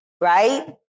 right